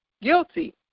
guilty